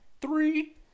Three